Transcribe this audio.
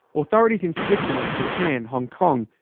authorities in switzerland, japan, hong kong,